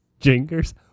Jingers